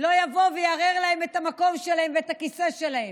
לא יבוא ויערער להם את המקום שלהם ואת הכיסא שלהם.